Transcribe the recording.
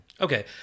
Okay